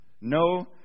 No